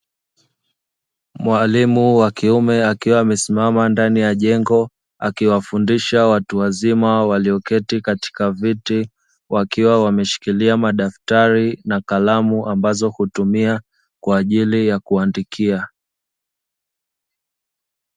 Mwalimu wa kiume akiwa amesimama ndani ya jengo, akiwafundisha watu wazima walioketi katika viti, wakiwa wameshikilia madaftari na kalamu ambazo hutumia kwa ajili ya kuandikia.